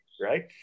right